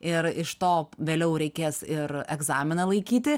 ir iš to vėliau reikės ir egzaminą laikyti